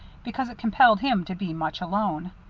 because it compelled him to be much alone.